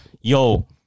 yo